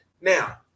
Now